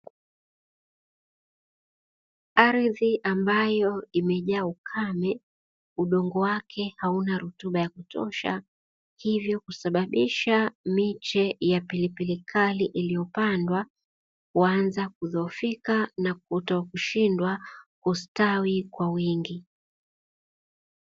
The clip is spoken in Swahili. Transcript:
Ardhi ambayo imejaa ukame, udongo wake hauna rutuba ya kutosha. Hivyo kusababisha miche ya pilipili kali iliyopandwa kuanza kudhoofika na kutokushindwa kustawi kwa wingi.